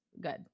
good